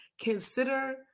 Consider